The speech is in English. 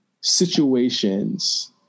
situations